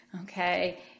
okay